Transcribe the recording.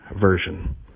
version